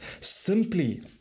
simply